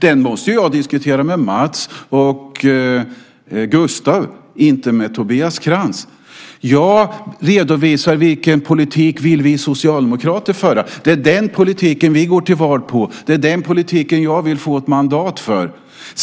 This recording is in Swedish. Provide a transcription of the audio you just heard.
Den måste jag diskutera med Mats och Gustav, inte med Tobias Krantz. Jag redovisar vilken politik vi socialdemokrater vill föra. Det är den politiken vi går till val på. Det är den politiken jag vill få mandat för.